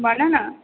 भन न